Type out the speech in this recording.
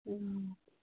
ହଁ